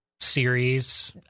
series